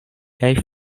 kaj